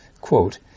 quote